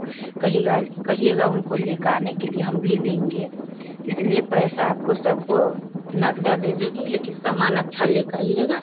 कहिगा कहिएगा उनको लेकर आने के लिए हम भी लेंगे इसलिए पैसा आपको सबको नगदा दे देगी लेकिन समान अच्छा लेकर आईएगा